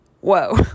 Whoa